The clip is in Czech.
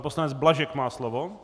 Pan poslanec Blažek má slovo.